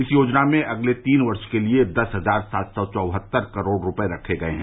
इस योजना में अगले तीन वर्ष के लिए दस हजार सात सौ चौहत्तर करोड़ रुपए रखे गए हैं